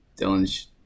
Dylan's